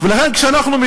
ולכן,